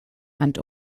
and